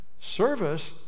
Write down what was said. Service